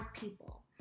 people